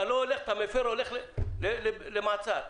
אם אתה מפר, אתה הולך למעצר.